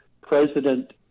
president